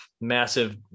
massive